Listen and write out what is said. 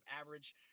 average